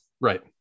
right